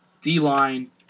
D-line